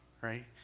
Right